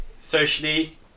socially